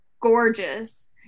gorgeous